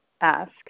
ask